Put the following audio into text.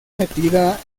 metida